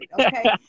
okay